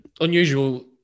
unusual